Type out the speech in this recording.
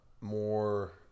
more